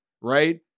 right